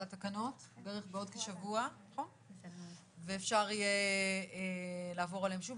התקנות בערך בעוד כשבוע ואפשר יהיה לעבור עליהן שוב,